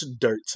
dirt